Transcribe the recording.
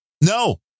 No